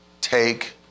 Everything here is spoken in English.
take